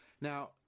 Now